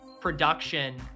production